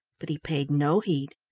but he paid no heed,